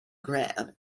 graham